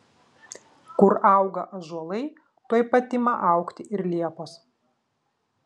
kur auga ąžuolai tuoj pat ima augti ir liepos